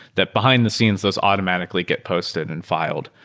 that behind-the-scenes, those automatically get posted and filed.